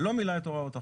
לא מילאה את הוראות החוק.